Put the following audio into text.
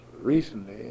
recently